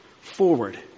Forward